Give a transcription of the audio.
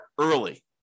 early